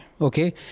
Okay